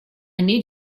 need